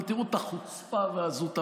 על כל, אבל תראו את החוצפה ועזות המצח.